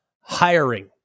hiring